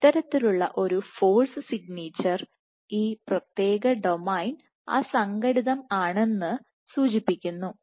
ഇത്തരത്തിലുള്ള ഒരു force signature ഈ പ്രത്യേക ഡൊമെയ്ൻ അസംഘടിതം ആണെന്നാണ് സൂചിപ്പിക്കുന്നത്